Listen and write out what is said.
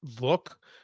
look